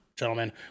Gentlemen